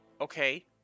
okay